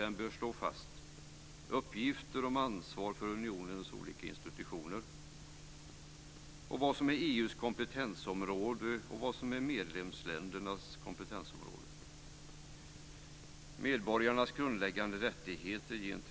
Den bör slå fast: · Vad som är EU:s kompetensområde och vad som är medlemsländernas kompetensområde.